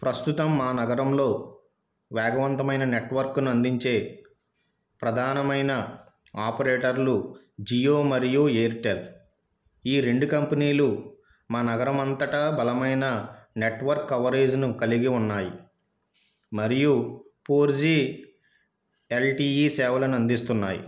ప్రస్తుతం మా నగరంలో వేగవంతమైన నెట్వర్క్ను అందించే ప్రధానమైన ఆపరేటర్లు జియో మరియు ఎయిర్టెల్ ఈ రెండు కంపెనీలు మా నగరమంతటా బలమైన నెట్వర్క్ కవరేజ్ను కలిగి ఉన్నాయి మరియు ఫోర్ జీ ఎల్టీఈ సేవలను అందిస్తున్నాయి